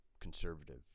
conservative